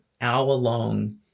hour-long